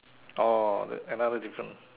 orh another difference